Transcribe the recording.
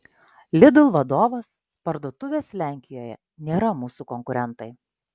lidl vadovas parduotuvės lenkijoje nėra mūsų konkurentai